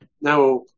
Now